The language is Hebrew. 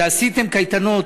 שעשיתם קייטנות